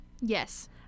yes